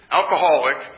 alcoholic